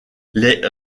les